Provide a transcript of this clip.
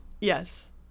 Yes